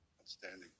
Outstanding